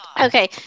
Okay